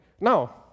Now